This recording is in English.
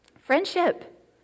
friendship